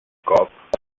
cop